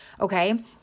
okay